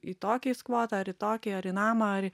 į tokį skvotą ar į tokį ar į namą ar į